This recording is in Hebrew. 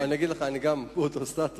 לא, אני אגיד לך, גם אני באותו סטטוס.